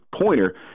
pointer